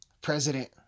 President